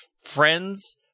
friends